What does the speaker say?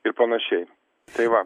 ir panašiai tai va